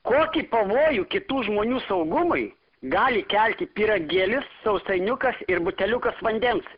kokį pavojų kitų žmonių saugumui gali kelti pyragėlis sausainiukas ir buteliukas vandens